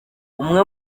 umwe